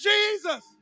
Jesus